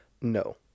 No